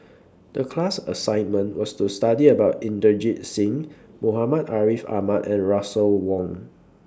The class assignment was to study about Inderjit Singh Muhammad Ariff Ahmad and Russel Wong